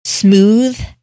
smooth